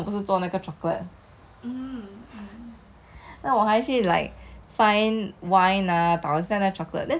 the thing is that when I was at A_B_C right the things they always they look so fancy [one] remember that time 我不是做那个 chocolate